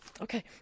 Okay